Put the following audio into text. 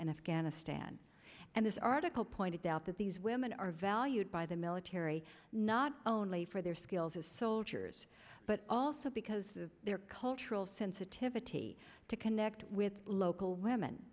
and afghanistan and this article pointed out that these women are valued by the military not only for their skills as soldiers but also because of their cultural sensitivity to connect with local women